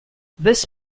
this